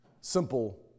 Simple